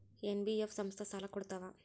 NBF ಸಂಸ್ಥಾ ಸಾಲಾ ಕೊಡ್ತಾವಾ?